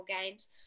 games